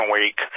Week